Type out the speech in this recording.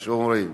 כמו שאומרים.